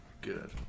Good